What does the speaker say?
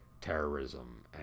terrorism